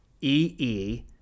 E-E